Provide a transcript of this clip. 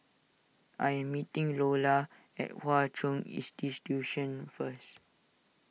I am meeting Lolla at Hwa Chong first